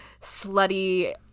slutty